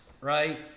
right